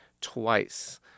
twice